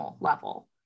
level